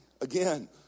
Again